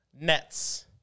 nets